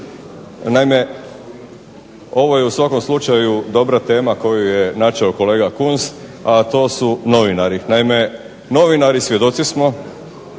Naime, ovo je u svakom slučaju dobra tema koju je načeo kolega Kunst, a to su novinari. Naime, novinari svjedoci smo